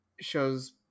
shows